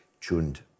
tuned